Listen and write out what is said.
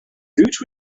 gooch